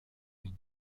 und